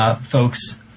folks